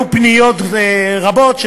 יהיו פניות רבות,